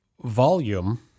volume